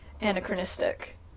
anachronistic